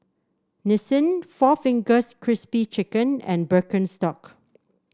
Nissin Four Fingers Crispy Chicken and Birkenstock